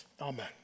Amen